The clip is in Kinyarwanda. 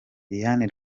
diane